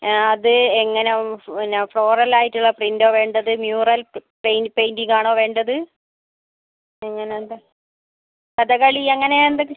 അത് എങ്ങനെയാണ് പിന്നെ ഫ്ലോറൽ ആയിട്ടുള്ള പ്രിൻ്റോ വേണ്ടത് മ്യൂറൽ പെയ് പെയിൻ്റിങ്ങ് ആണോ വേണ്ടത് എങ്ങനത്തെ കഥകളി അങ്ങനെ എന്തെങ്കിലും